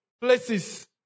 places